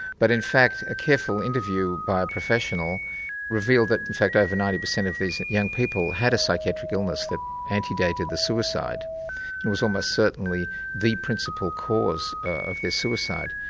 but in fact a careful interview by a professional revealed that in fact over ninety per cent of these young people had a psychiatric illness that antedated the suicide. it was almost certainly the principle cause of their suicide,